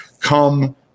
Come